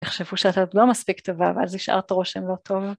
יחשבו שאת לא מספיק טובה ואז השארת רושם לא טוב